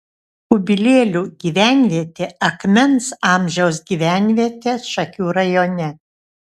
kubilėlių gyvenvietė akmens amžiaus gyvenvietė šakių rajone